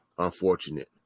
unfortunate